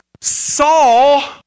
Saul